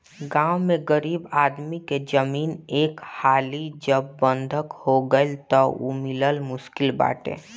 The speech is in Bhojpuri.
गांव में गरीब आदमी के जमीन एक हाली जब बंधक हो गईल तअ उ मिलल मुश्किल बाटे